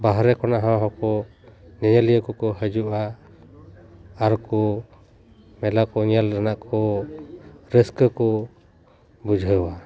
ᱵᱟᱨᱦᱮ ᱠᱷᱚᱱᱟᱜ ᱦᱚᱸᱠᱚ ᱧᱮᱧᱮᱞᱤᱭᱟᱹ ᱠᱚᱠᱚ ᱦᱤᱡᱩᱜᱼᱟ ᱟᱨ ᱠᱚ ᱢᱮᱞᱟ ᱠᱚ ᱧᱮᱞ ᱨᱮᱱᱟᱜ ᱠᱚ ᱨᱟᱹᱥᱠᱟᱹ ᱠᱚ ᱵᱩᱡᱷᱟᱹᱣᱟ